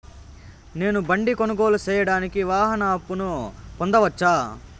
నేను బండి కొనుగోలు సేయడానికి వాహన అప్పును పొందవచ్చా?